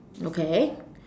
okay